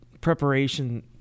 preparation